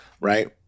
right